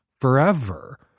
forever